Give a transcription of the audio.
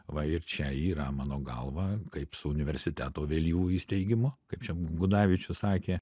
va ir čia yra mano galva kaip su universiteto vėlyvu įsteigimu kaip čia gudavičius sakė